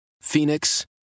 Phoenix